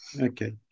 okay